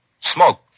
Smoke